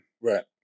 Right